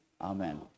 Amen